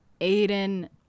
Aiden